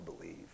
believe